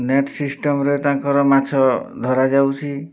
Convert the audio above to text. net ସିଷ୍ଟମ୍ରେ ତାଙ୍କର ମାଛ ଧରା ଯାଉଛି